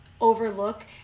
overlook